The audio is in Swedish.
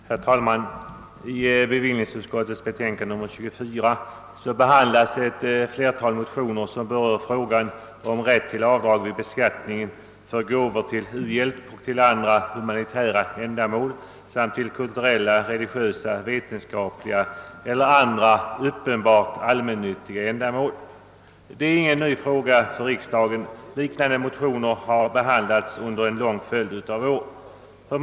Herr talman! I bevillningsutskottets förevarande betänkande nr 24 behandlas ett antal motioner om rätt till avdrag vid beskattningen för gåvor till u-hjälp och andra humanitära ändamål samt till kulturella, religiösa, vetenskapliga eller andra uppenbart allmännyttiga ändamål. Det är ingen ny fråga för riksdagen. Liknande motioner har tidigare behandlats under en lång fölid av år.